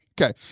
Okay